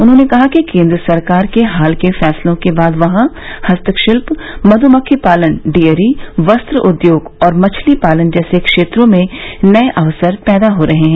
उन्होंने कहा कि केन्द्र सरकार के हाल के फैसलों के बाद वहां हस्तशिल्प मधुमक्खी पालन डेयरी वस्त्र उद्योग और मछली पालन जैसे क्षेत्रों में नये अवसर पैदा हो रहे हैं